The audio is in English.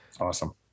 Awesome